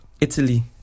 Italy